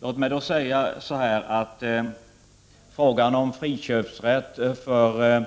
Låt mig säga att frågan om friköpsrätt för